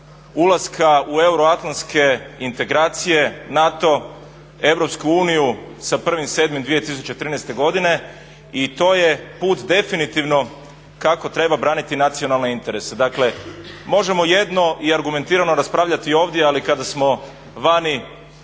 ulaska u euroatlantske integracije, NATO, Europsku uniju sa 1.7.2013. godine i to je put definitivno kako treba braniti nacionalne interese. Dakle, možemo jedno i argumentirano raspravljati ovdje, ali kada smo vani,